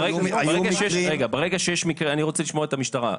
אני רוצה לשמוע את המשטרה.